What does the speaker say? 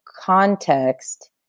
context